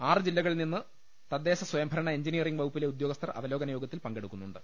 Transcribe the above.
ആറ് ജില്ലകളിൽ നിന്ന് തദ്ദേശ സ്വയംഭരണ എൻജിനീ യറിംഗ് വകുപ്പിലെ ഉദ്യോഗസ്ഥർ അവലോകന യോഗ ത്തിൽ പങ്കെടുക്കുന്നുണ്ട്